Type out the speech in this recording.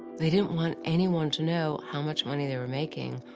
they didn't want anyone to know how much money they were making,